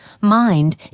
mind